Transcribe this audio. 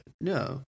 no